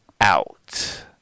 out